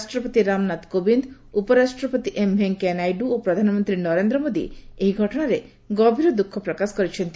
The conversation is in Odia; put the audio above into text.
ରାଷ୍ଟ୍ରପତି ରାମନାଥ କୋବିନ୍ଦ ଉପରାଷ୍ଟ୍ରପତି ଏମ୍ ଭେଙ୍କେୟା ନାଇଡୁ ଓ ପ୍ରଧାନମନ୍ତ୍ରୀ ନରେନ୍ଦ୍ର ମୋଦି ଏହି ଘଟଣାରେ ଗଭୀର ଦ୍ରୁଖପ୍ରକାଶ କରିଛନ୍ତି